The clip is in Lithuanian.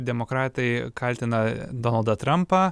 demokratai kaltina donaldą trampą